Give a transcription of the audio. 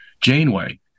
Janeway